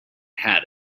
had